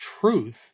truth